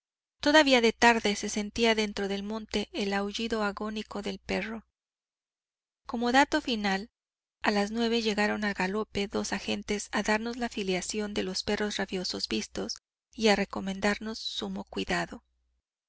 todavía de tarde se sentía dentro del monte el aullido agónico del perro como dato final a las nueve llegaron al galope dos agentes a darnos la filiación de los perros rabiosos vistos y a recomendarnos sumo cuidado